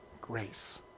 grace